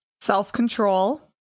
self-control